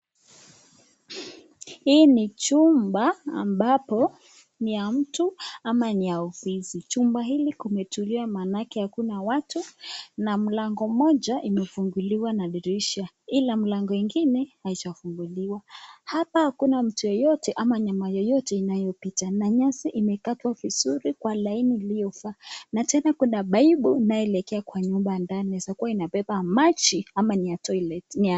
Hii ni chumba ambapo ni ya mtu ama ni ya ofisi. Chumba hili kumetulia maanake hakuna watu na mlango moja imefunguliwa na dirisha ila mlango ingine haijafunguliwa. Hapa hakuna mtu yeyote ama mnyama yoyote inayopita na nyasi imekatwa vizuri kwa laini iliyofaa. Na tena kuna paipu inaelekea kwa nyumba ndani inaweza kuwa inapeba maji ama ni ya toilet .